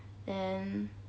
then